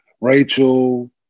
Rachel